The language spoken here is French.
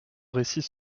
récit